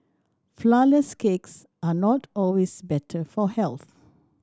flourless cakes are not always better for health